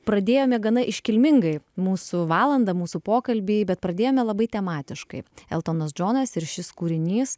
pradėjome gana iškilmingai mūsų valandą mūsų pokalbį bet pradėjome labai tematiškai eltonas džonas ir šis kūrinys